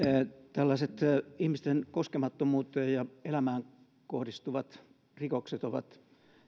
tällaiset ihmisten koskemattomuuteen ja elämään kohdistuvat rikokset ovat